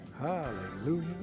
Hallelujah